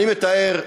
אני מתאר,